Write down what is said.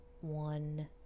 one